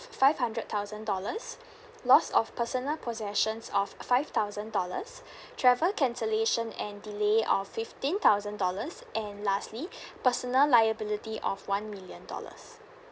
five hundred thousand dollars lost of personal possessions of five thousand dollars travel cancellation and delay of fifteen thousand dollars and lastly personal liability of one million dollars